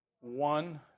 One